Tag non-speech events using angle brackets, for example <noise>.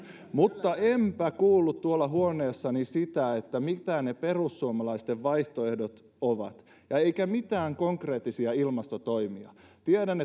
mutta enpä kuullut tuolla huoneessani sitä mitä ne perussuomalaisten vaihtoehdot ovat eikä mitään konkreettisia ilmastotoimia tiedän <unintelligible>